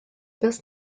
best